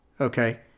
Okay